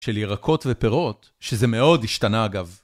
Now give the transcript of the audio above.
של ירקות ופירות, שזה מאוד השתנה אגב.